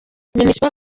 minispoc